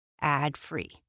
ad-free